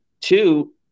two